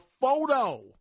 photo